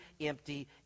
empty